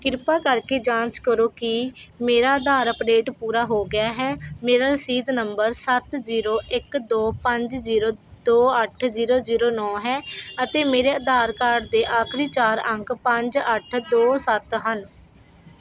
ਕਿਰਪਾ ਕਰਕੇ ਜਾਂਚ ਕਰੋ ਕਿ ਮੇਰਾ ਆਧਾਰ ਅੱਪਡੇਟ ਪੂਰਾ ਹੋ ਗਿਆ ਹੈ ਮੇਰਾ ਰਸੀਦ ਨੰਬਰ ਸੱਤ ਜ਼ੀਰੋ ਇੱਕ ਦੋ ਪੰਜ ਜ਼ੀਰੋ ਦੋ ਅੱਠ ਜ਼ੀਰੋ ਜ਼ੀਰੋ ਨੌਂ ਹੈ ਅਤੇ ਮੇਰੇ ਆਧਾਰ ਕਾਰਡ ਦੇ ਆਖਰੀ ਚਾਰ ਅੰਕ ਪੰਜ ਅੱਠ ਦੋ ਸੱਤ ਹਨ